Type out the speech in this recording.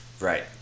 Right